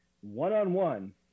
one-on-one